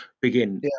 begin